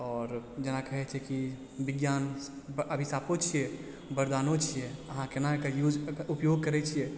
आओर जेना कहै छै कि बिज्ञान अभिशापो छियै बरदानो छियै अहाँ केना कऽ यूज उपयोग करै छियै